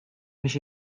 biex